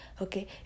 okay